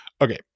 Okay